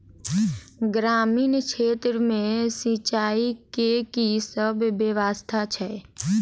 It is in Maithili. ग्रामीण क्षेत्र मे सिंचाई केँ की सब व्यवस्था छै?